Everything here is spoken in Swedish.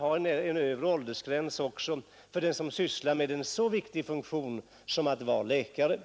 tillämpa en övre åldersgräns för dem som utövar en så viktig funktion som läkarens.